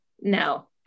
no